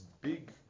big